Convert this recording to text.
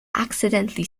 accidentally